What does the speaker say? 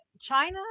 china